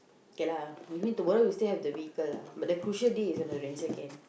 kay lah we win tomorrow we still have the vehicle lah but the crucial day is on the twenty second